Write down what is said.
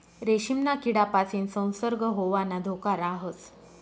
रेशीमना किडापासीन संसर्ग होवाना धोका राहस